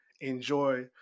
enjoy